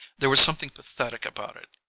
there was something pathetic about it.